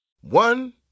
One